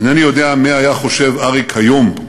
אינני יודע מה היה חושב אריק היום.